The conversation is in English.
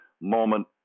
moment